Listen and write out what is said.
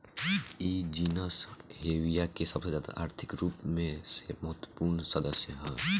इ genus Hevea के सबसे ज्यादा आर्थिक रूप से महत्वपूर्ण सदस्य ह